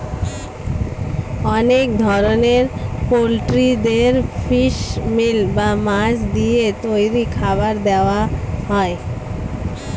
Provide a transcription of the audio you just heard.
অনেক ধরনের পোল্ট্রিদের ফিশ মিল বা মাছ দিয়ে তৈরি খাবার দেওয়া হয়